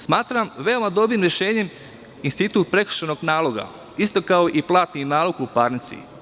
Smatram veoma dobrim rešenjem institut prekršajnog naloga, isto kao i platni nalog u pravnici.